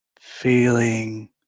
feeling